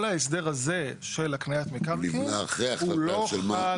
כל ההסדר הזה של הקניית מקרקעין הוא לא חל.